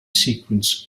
sequence